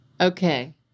Okay